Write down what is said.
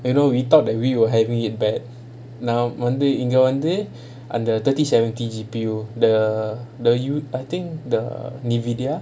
I know we thought that we were having it bad நான் வந்து இங்க வந்துட்டு அந்த:naan vanthu inga vanthutu antha thirty seventy G_P_U the the you I think the NVIDIA